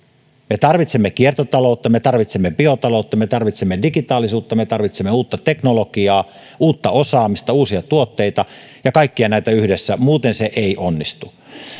me tarvitsemme kiertotaloutta me tarvitsemme biotaloutta me tarvitsemme digitaalisuutta me tarvitsemme uutta teknologiaa uutta osaamista uusia tuotteita ja kaikkia näitä yhdessä muuten se ei onnistu